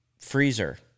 freezer